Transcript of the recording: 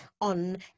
on